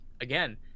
again